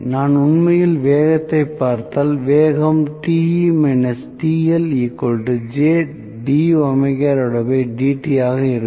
நான் உண்மையில் வேகத்தைப் பார்த்தால் வேகம் ஆக இருக்கும்